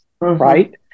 Right